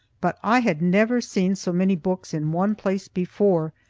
but i had never seen so many books in one place before,